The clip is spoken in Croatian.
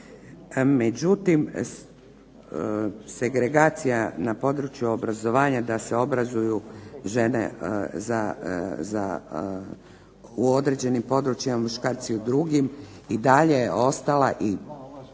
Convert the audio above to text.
Međutim, segregacija na području obrazovanja da se obrazuju žene u određenim područjima, a muškarci u drugim i dalje ostala i